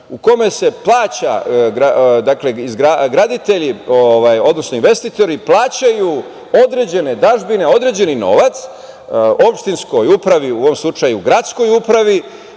kojom se plaća, dakle graditelji, odnosno investitori plaćaju određene dažbine, određeni novac opštinskoj upravi, u ovom slučaju gradskoj upravi.